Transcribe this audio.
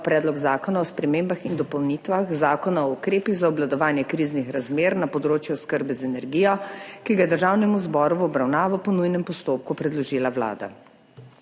Predlog zakona o spremembah in dopolnitvah Zakona o ukrepih za obvladovanje kriznih razmer na področju oskrbe z energijo, ki ga je Državnemu zboru v obravnavo po nujnem postopku predložila Vlada.